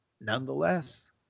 nonetheless